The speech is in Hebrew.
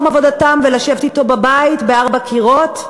עבודתם ולשבת אתו בבית בין ארבעה קירות?